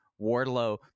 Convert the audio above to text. Wardlow